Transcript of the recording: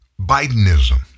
Bidenism